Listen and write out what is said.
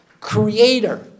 creator